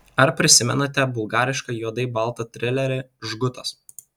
ar prisimenate bulgarišką juodai baltą trilerį žgutas